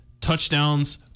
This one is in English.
touchdowns